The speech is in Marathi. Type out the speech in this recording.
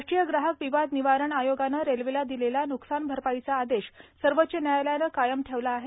राष्ट्रीय ग्राहक विवाद निवारण अयोगानं रेल्वेला दिलेला नुकसान अरपाईचा आदेश सर्वोच्च न्यायालयानं कायम ठेवला आहे